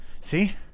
See